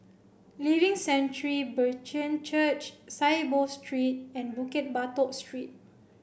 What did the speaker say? Living Sanctuary Brethren Church Saiboo Street and Bukit Batok Street